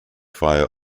via